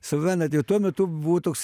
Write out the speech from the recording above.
suprantat jau tuo metu buvo toks